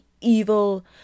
evil